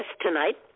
tonight